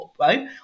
right